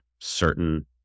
certain